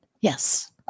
Yes